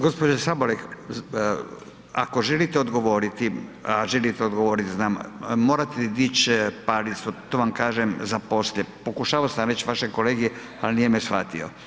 Gospođo Sabolek, ako želite odgovoriti, a želite odgovoriti znam morate dići palicu, to vam kažem za poslije, pokušavao sam reći vašem kolegi ali nije me shvatio.